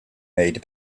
made